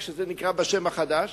או איך שזה נקרא בשם החדש,